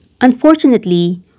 Unfortunately